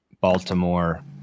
Baltimore